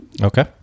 Okay